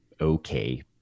okay